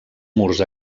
murs